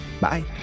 Bye